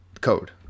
code